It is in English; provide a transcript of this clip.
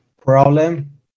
problem